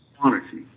quantity